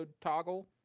toggle